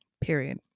Period